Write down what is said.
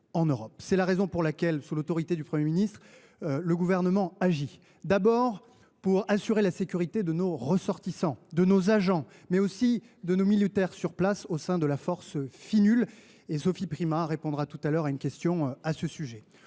C’est la raison pour laquelle, sous l’autorité du Premier ministre, le Gouvernement agit. Il agit, d’abord, pour assurer la sécurité de nos ressortissants, celle de nos agents, mais aussi celle de nos militaires sur place mobilisés au sein de la Finul. Sophie Primas répondra tout à l’heure à une question à ce sujet.